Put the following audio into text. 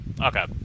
okay